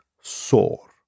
sore